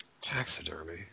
Taxidermy